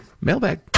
Mailbag